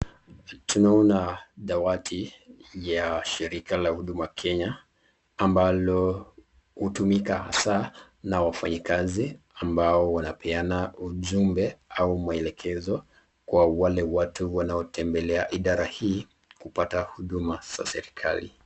Tunaona dawati ya shirika la Huduma Kenya ambalo hutumika hasa na wafanyikazi ambao wanapeana ujumbe au maelekezo kwa wale watu wanaotembelea idara hii kupata huduma za serikali.